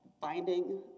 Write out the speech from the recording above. Binding